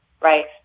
right